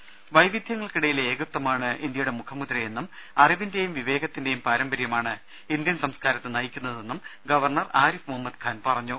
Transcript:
ദേദ വൈവിധ്യങ്ങൾക്കിടയിലെ ഏകത്വമാണ് ഇന്ത്യയുടെ മുഖമുദ്രയെന്നും അറിവിന്റെയും വിവേകത്തിന്റെയും പാരമ്പര്യമാണ് ഇന്ത്യൻ സംസ്കാരത്തെ നയിക്കുന്നതെന്നും ഗവർണർ ആരിഫ് മുഹമ്മദ് ഖാൻ പറഞ്ഞു